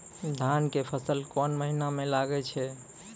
धान के फसल कोन महिना म लागे छै?